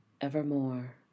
evermore